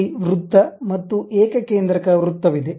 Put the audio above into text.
ಅಲ್ಲಿ ವೃತ್ತ ಮತ್ತು ಏಕಕೇಂದ್ರಕ ವೃತ್ತವಿದೆ